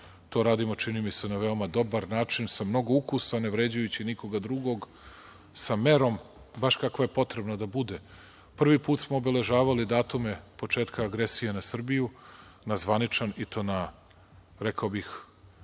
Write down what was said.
To radimo, čini mi se, na veoma dobar način, sa mnogo ukusa, ne vređajući nikoga drugoga, sa merom baš kakva je potrebna da bude. Prvi put smo obeležavali datume početka agresije na Srbiju, na zvaničan, i to na, rekao bih,